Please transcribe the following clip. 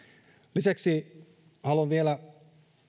lisäksi haluan vielä